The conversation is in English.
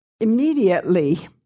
immediately